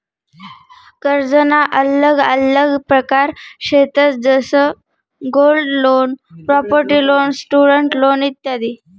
कर्जना आल्लग आल्लग प्रकार शेतंस जसं gold loan, property loan, student loan इत्यादी